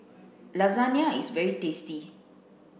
lasagna is very tasty